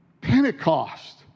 Pentecost